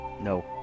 No